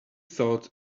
thought